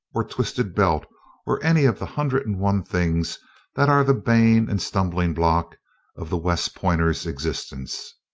or twisted belt or any of the hundred and one things that are the bane and stumbling block of the west pointer's existence.